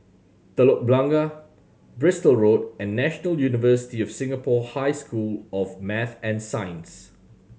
Telok Blangah Bristol Road and National University of Singapore High School of Math and Science